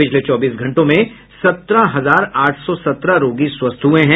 पिछले चौबीस घंटों में सत्रह हजार आठ सौ सत्रह रोगी स्वस्थ हुए हैं